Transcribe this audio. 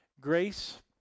Grace